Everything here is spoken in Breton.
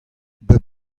bep